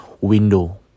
window